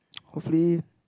hopefully